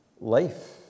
life